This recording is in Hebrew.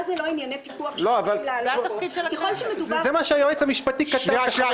אז מה זה "לא ענייני פיקוח" שיכולים --- זה מה שהיועץ המשפטי כתב.